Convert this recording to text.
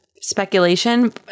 speculation